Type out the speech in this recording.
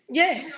yes